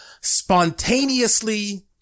spontaneously